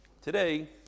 Today